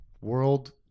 World